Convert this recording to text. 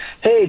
Hey